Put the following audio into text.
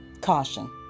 caution